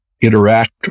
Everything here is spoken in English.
interact